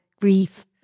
grief